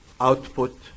output